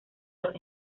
los